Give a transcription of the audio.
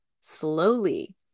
slowly